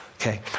Okay